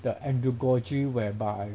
the andragogy whereby